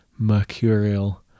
mercurial